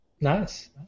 Nice